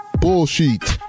Bullshit